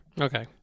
Okay